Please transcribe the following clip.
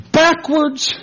backwards